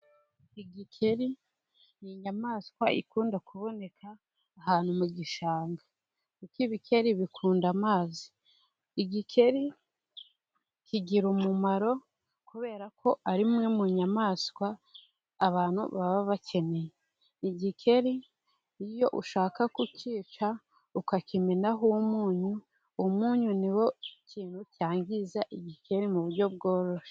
Igikeri ni inyamaswa ikunda kuboneka ahantu mu gishanga. Kuko ibikeri bikunda amazi. Igikeri kigira umumaro kubera ko ari imwe mu nyamaswa abantu baba bakeneye. Igikeri iyo ushaka kukica ukakimenaho umunyu, umunyu ni cyo kintu cyangiza igikeri mu buryo bworoshye.